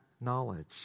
knowledge